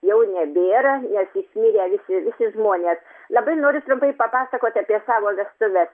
jau nebėra nes išmirė visi visi žmonės labai noriu trumpai papasakot apie savo vestuves